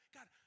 God